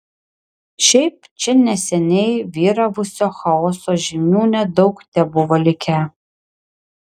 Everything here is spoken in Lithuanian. šiaip čia neseniai vyravusio chaoso žymių nedaug tebuvo likę